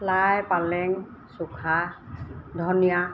লাই পালেং চুখা ধনিয়া